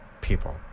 people